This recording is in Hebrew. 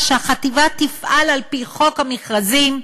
שהחטיבה תפעל על-פי חוק חובת המכרזים,